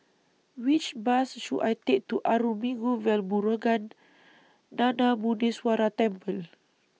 Which Bus should I Take to Arulmigu Velmurugan Gnanamuneeswarar Temple